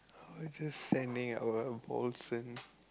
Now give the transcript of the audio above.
I was just sending our